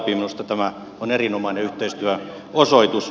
minusta tämä on erinomainen yhteistyön osoitus